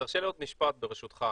תרשה לי עוד משפט, ברשותך.